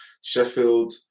Sheffield